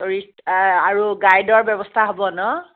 tourist আৰু গাইডৰ ব্যৱস্থা হ'ব ন